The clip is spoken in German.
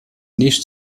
nicht